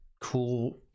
cool